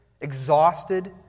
exhausted